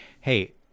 hey